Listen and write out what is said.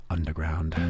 Underground